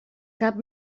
cap